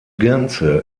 ganze